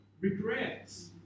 regrets